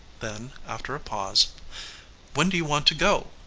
then after a pause when do you want to go?